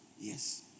yes